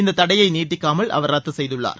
இந்த தடையை நீட்டிக்காமல் அவர் ரத்து செய்துள்ளார்